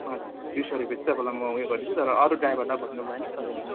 हजुर दुई सौ रुपियाँ चाहिँ तपाईँलाई म उयो गरिदिन्छु तर अरू ड्राइभरलाई भन्नु भएन तपाईँले